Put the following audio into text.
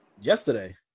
yesterday